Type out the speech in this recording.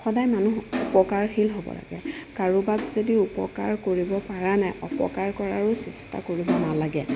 সদায় মানুহ উপকাৰশীল হ'ব লাগে কাৰোবাক যদি উপকাৰ কৰিব পাৰা নাই অপকাৰ কৰাৰো চেষ্টা কৰিব নালাগে